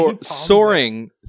soaring